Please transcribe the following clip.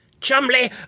Chumley